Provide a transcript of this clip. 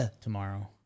Tomorrow